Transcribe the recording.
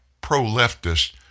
pro-leftist